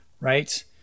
right